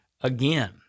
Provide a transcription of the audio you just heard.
again